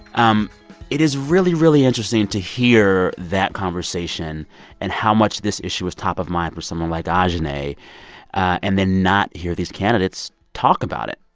um it is really, really interesting to hear that conversation and how much this issue was top of mind for someone like um ajahnay and then not hear these candidates talk about it.